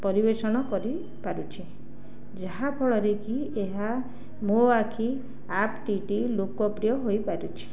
ପରିବେଷଣ କରିପାରୁଛି ଯାହାଫଳରେ କି ଏହା ମୋ ଆଖି ଆପ୍ଟି ଟି ଲୋକପ୍ରିୟ ହୋଇପାରିଛି